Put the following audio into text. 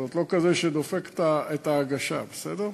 כלומר לא כזה שדופק את ההגשה, בסדר?